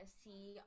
see